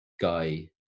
guy